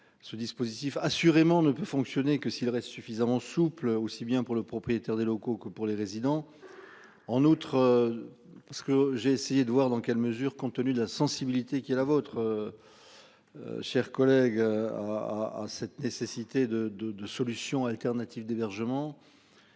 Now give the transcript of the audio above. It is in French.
Ce dispositif assurément ne peut fonctionner que s'il reste suffisamment souple, aussi bien pour le propriétaire des locaux que pour les résidents. En outre. Parce que j'ai essayé de voir dans quelle mesure, compte tenu de la sensibilité qui est la vôtre. Cher collègue à à cette nécessité de de de solutions alternatives d'hébergement.